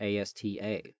ASTA